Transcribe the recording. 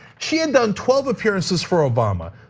she had done twelve appearances for obama,